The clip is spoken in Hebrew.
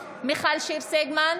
(קוראת בשמות חברי הכנסת)